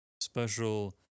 special